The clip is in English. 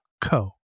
co